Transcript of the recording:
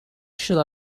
should